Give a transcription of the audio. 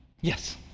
Yes